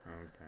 Okay